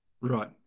Right